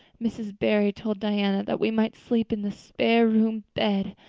mrs. barry told diana that we might sleep in the spare-room bed.